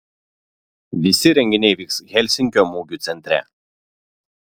visi renginiai vyks helsinkio mugių centre